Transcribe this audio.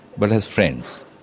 but as friends.